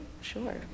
sure